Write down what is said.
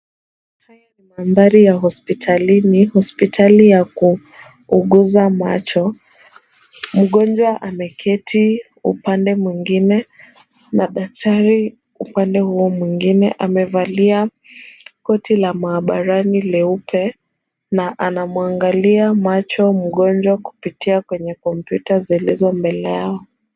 Haya ni mandhari ya hospitalini, hospitali ya kuuguza macho. Mgonjwa ameketi upande mwingine na daktari upande huo mwingine. Amevalia koti la maabarani leupe na anamuangalia macho mgonjwa kupitia kwenye kompyuta zilizo mbele yao.